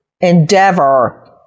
endeavor